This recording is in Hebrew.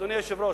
אדוני היושב-ראש,